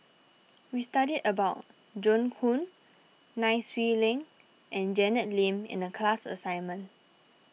we studied about Joan Hon Nai Swee Leng and Janet Lim in the class assignment